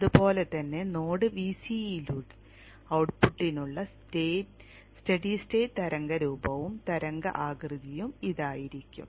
അതുപോലെ തന്നെ node Vc യിലെ ഔട്ട്പുട്ടിനുള്ള സ്റ്റേഡി സ്റ്റേറ്റ് തരംഗ രൂപവും തരംഗ ആകൃതിയും ഇതായിരിക്കും